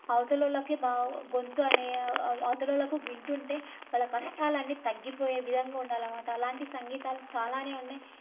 అవతలి వాళ్ళకి బ గొంతు అనే అవతలి వాళ్ళకు వింటుంటే వాళ్ళ కష్టాలన్నీ తగ్గిపోయే విధంగా ఉండాలి అనమాట అలాంటి సంగీతాలు చాలానే ఉన్నాయి